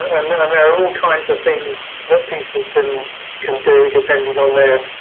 i mean and there are all kinds of things that people can can do depending on their